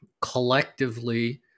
Collectively